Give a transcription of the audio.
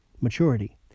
maturity